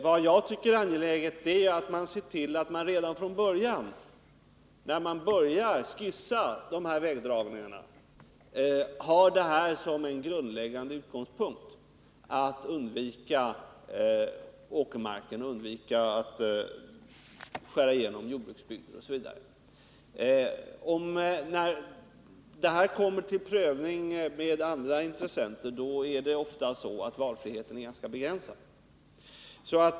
Vad jag tycker är angeläget är att man redan när man börjar skissera olika ägdragningar har som en grundläggande utgångspunkt att man skall undvika att bygga på åkermark. skära igenom jordbruksbygder osv. När frågan kommer upp till prövning med andra intressenter är ofta valfriheten ganska begränsad.